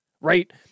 right